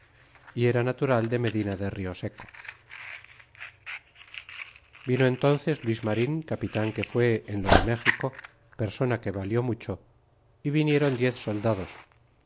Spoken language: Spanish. y era natural de medina de rioseco y vino entances luis mario capitan que fué en lo de méxico persona que valió mucho y vinieron diez soldados